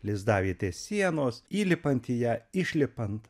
lizdavietės sienos įlipant į ją išlipant